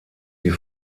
die